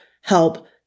help